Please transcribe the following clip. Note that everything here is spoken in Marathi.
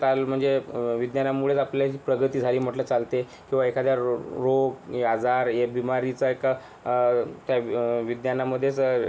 चर्चेत आलो म्हणजे विज्ञानामुळेच आपल्यात जी प्रगती झाली म्हटलं चालते किंवा एखाद्या रो रोग आजार या बीमारीचा एका त्या विज्ञानामध्येच